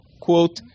quote